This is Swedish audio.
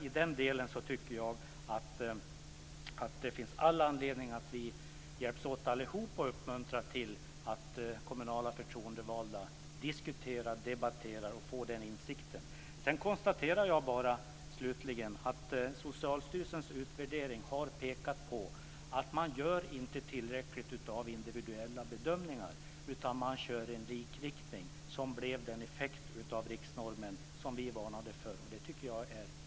I den delen tycker jag att det finns all anledning att hjälpas åt allihop att uppmuntra till att kommunala förtroendevalda diskuterar och debatterar detta och får den insikten. Slutligen konstaterar jag bara att Socialstyrelsens utvärdering har pekat på att man inte gör tillräckligt mycket av individuella bedömningar utan kör med en likriktning som blev den effekt av riksnormen som vi varnade för. Det tycker jag är tråkigt.